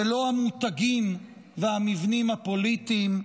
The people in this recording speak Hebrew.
ולא המותגים והמבנים הפוליטיים.